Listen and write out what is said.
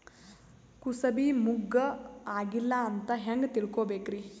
ಕೂಸಬಿ ಮುಗ್ಗ ಆಗಿಲ್ಲಾ ಅಂತ ಹೆಂಗ್ ತಿಳಕೋಬೇಕ್ರಿ?